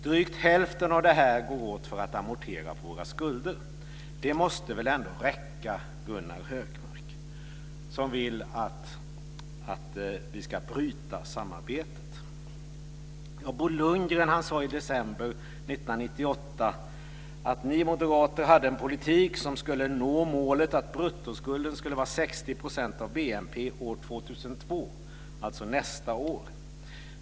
Drygt hälften av detta går åt för att amortera på våra skulder. Det måste väl ändå räcka Gunnar Hökmark, som vill att vi ska bryta samarbetet? Bo Lundgren sade i december 1998 att ni moderater hade en politik som skulle nå målet att bruttoskulden skulle vara 60 % av BNP år 2002, alltså nästa år.